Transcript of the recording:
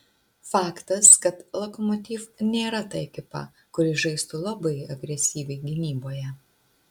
faktas kad lokomotiv nėra ta ekipa kuri žaistų labai agresyviai gynyboje